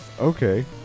Okay